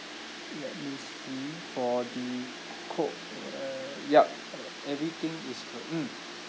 let me see for the coke uh yup e~ everything is cor~ mm